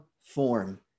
form